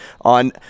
on